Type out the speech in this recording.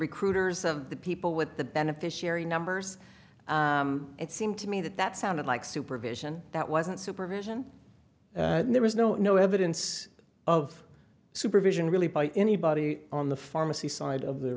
recruiters of the people with the beneficiary numbers it seemed to me that that sounded like supervision that wasn't supervision and there was no no evidence of supervision really by anybody on the pharmacy side of the